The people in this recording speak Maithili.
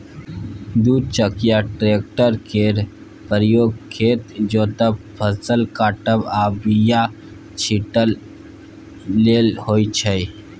दु चकिया टेक्टर केर प्रयोग खेत जोतब, फसल काटब आ बीया छिटय लेल होइ छै